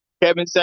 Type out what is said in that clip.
Kevin